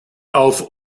auf